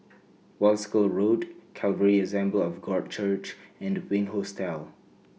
Wolskel Road Calvary Assembly of God Church and Wink Hostel